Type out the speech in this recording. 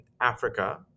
Africa